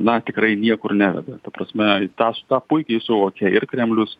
na tikrai niekur neveda ta prasme tas tą puikiai suvokia ir kremlius